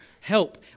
help